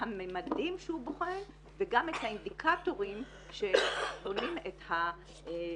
המימדים שהוא בוחן וגם את האינדיקטורים שבונים את המדד